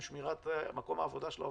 עם שמירת מקום העבודה של העובדים.